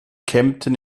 kempten